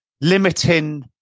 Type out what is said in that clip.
limiting